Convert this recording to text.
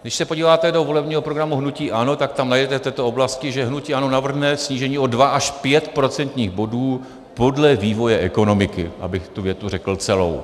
Když se podíváte do volebního programu hnutí ANO, tak tam najdete v této oblasti, že hnutí ANO navrhne snížení o 2 až 5 procentních bodů podle vývoje ekonomiky, abych tu větu řekl celou.